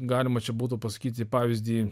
galima čia būtų pasakyti pavyzdį